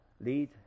lead